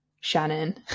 Shannon